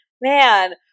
Man